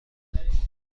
بود